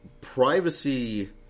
privacy